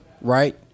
right